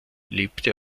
lebte